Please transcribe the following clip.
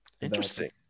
Interesting